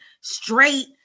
straight